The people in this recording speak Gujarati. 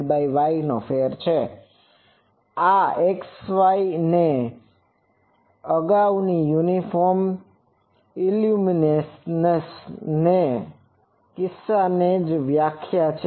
આ XY વ્યાખ્યાઓ અગાવની યુનિફોર્મ ઈલ્યુમીનેસન કિસ્સાની જ વ્યાખ્યા છે